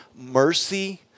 Mercy